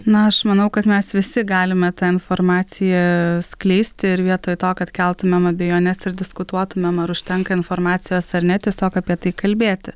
na aš manau kad mes visi galime tą informaciją skleisti ir vietoj to kad keltumėm abejones ir diskutuotumėm ar užtenka informacijos ar ne tiesiog apie tai kalbėti